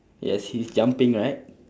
yes he's jumping right